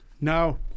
no